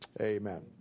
Amen